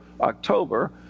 October